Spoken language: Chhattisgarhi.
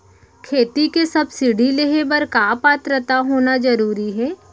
खेती के सब्सिडी लेहे बर का पात्रता होना जरूरी हे?